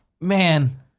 man